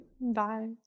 Bye